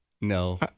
No